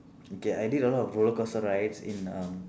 okay I did a lot of roller coaster rides in um